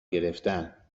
گرفتن